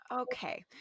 Okay